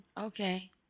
Okay